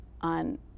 on